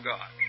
God